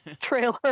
trailer